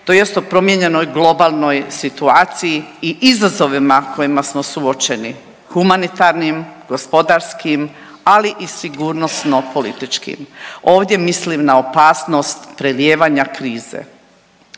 tj. o promijenjenoj globalnoj situaciji i izazovima kojima smo suočeni humanitarnim, gospodarskim ali i sigurnosno-političkim. Ovdje mislim na opasnost prelijevanja krize.